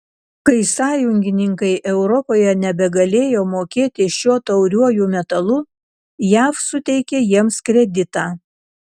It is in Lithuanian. kai sąjungininkai europoje nebegalėjo mokėti šiuo tauriuoju metalu jav suteikė jiems kreditą